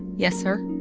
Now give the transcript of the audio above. yes, sir,